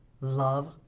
love